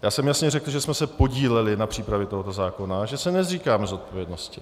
Já jsem jasně řekl, že jsme se podíleli na přípravě tohoto zákona a že se nezříkáme zodpovědnosti.